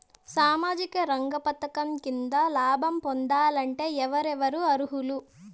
సామాజిక రంగ పథకం కింద లాభం పొందాలంటే ఎవరెవరు అర్హులు?